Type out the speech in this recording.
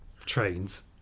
trains